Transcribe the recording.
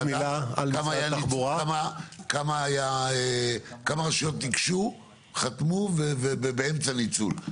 כמה רשויות ניגשו חתמו ובאמצע ניצול?